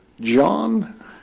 John